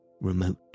remote